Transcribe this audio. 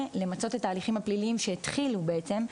למצות את ההליכים הפליליים שהתחילו בעצם,